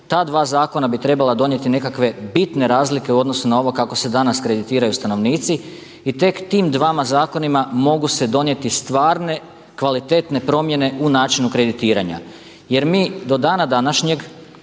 Ta dva zakona bi trebala donijeti nekakve bitne razlike u odnosu na ovo kako se danas kreditiraju stanovnici i tek tima dvama zakonima mogu se donijeti stvarne kvalitetne promjene u načinu kreditiranja. Jer mi do dana današnjega